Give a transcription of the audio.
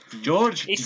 George